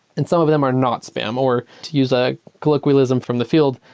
and some of them are not spam, or to use a colloquialism from the field,